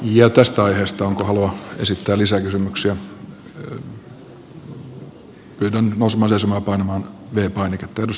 jo tästä aiheesta onko halua esittää se ei tule pitämään paikkaansa